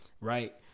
right